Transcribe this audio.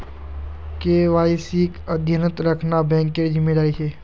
केवाईसीक अद्यतन रखना बैंकेर जिम्मेदारी छे